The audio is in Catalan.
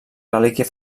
relíquia